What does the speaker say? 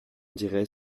dirait